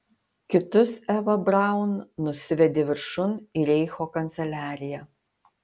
kitus eva braun nusivedė viršun į reicho kanceliariją